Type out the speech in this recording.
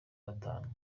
gatanu